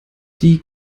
die